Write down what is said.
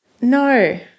No